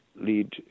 lead